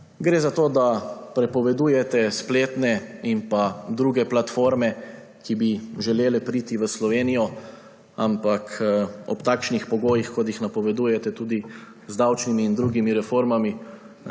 Gre za to, da prepovedujete spletne in druge platforme, ki bi želele priti v Slovenijo, ampak ob takšnih pogojih, kot jih napovedujete, tudi z davčnimi in drugimi reformami,